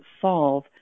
solve